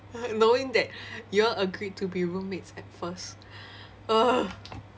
knowing that you all agreed to be roommates at first ugh